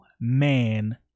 man